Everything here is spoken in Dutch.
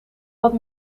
wat